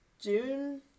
June